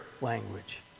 language